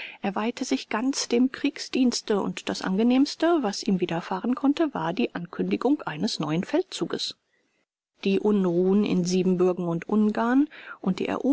er weihte sich ganz dem kriegsdienste und das angenehmste was ihm widerfahren konnte war die ankündigung eines neuen feldzuges die unruhen in siebenbürgen und ungarn und die